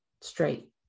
straight